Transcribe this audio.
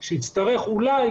שיצטרך אולי,